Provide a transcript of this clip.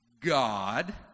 God